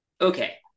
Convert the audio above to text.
Okay